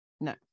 No